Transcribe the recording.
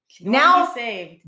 Now